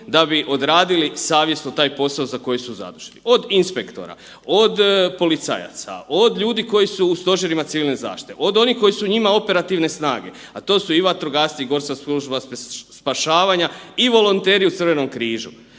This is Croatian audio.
da bi odradili savjesno svoj posao za koji su zaduženi, od inspektora, od policajaca, od ljudi koji su u Stožerima civilne zaštite, od onih koji su njima operativne snage, a to su i vatrogasci i GSS i volonteri u Crvenom križu.